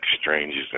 Strangers